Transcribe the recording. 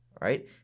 right